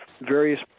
various